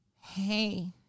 Hey